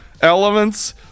elements